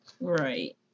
Right